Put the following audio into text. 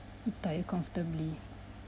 retire comfortably